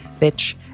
Bitch